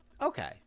okay